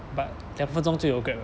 but 两分钟就有 Grab 了